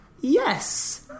Yes